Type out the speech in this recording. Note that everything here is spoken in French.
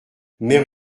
mère